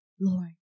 Lord